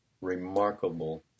remarkable